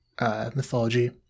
mythology